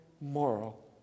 moral